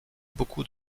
beaucoup